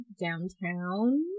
downtown